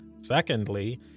Secondly